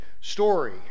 story